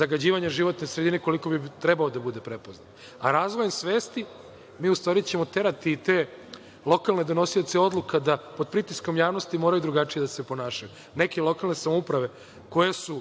zagađivanja životne sredine koliko bi trebalo da bude prepoznat. Razvojem svesti mi u stvari ćemo terati te lokalne donosioce odluka da pod pritiskom javnosti moraju drugačije da se ponašaju. Neke lokalne samouprave, koje su